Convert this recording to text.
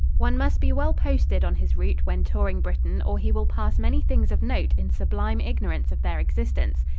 one must be well posted on his route when touring britain or he will pass many things of note in sublime ignorance of their existence.